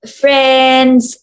friends